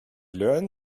learn